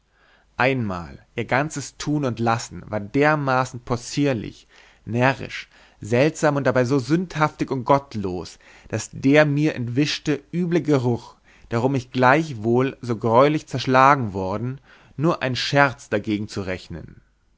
einmal ihr ganzes tun und lassen war dermaßen possierlich närrisch seltsam und dabei so sündhaftig und gottlos daß der mir entwischte üble geruch darum ich gleichwohl so greulich zerschlagen worden nur ein scherz dargegen zu rechnen